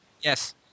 Yes